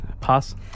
Pass